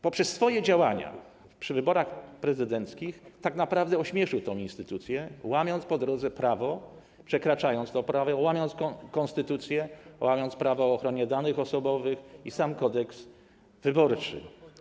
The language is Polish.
Poprzez swoje działania przy wyborach prezydenckich tak naprawdę ośmieszył tę instytucję, po drodze łamiąc prawo, przekraczając prawo, łamiąc konstytucję, łamiąc prawo o ochronie danych osobowych i sam Kodeks wyborczy.